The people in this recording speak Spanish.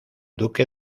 duque